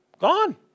gone